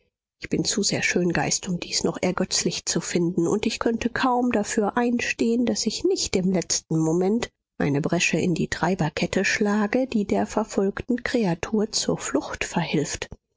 ich bin zu sehr schöngeist um dies noch ergötzlich zu finden und ich könnte kaum dafür einstehen daß ich nicht im letzten moment eine bresche in die treiberkette schlage die der verfolgten kreatur zur flucht verhilft